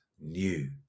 new